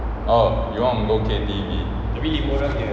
oh you want to go K_T_V